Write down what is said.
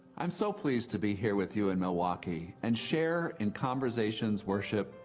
i'm so pleased to be here with you in milwaukee and share in conversations, worship,